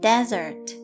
Desert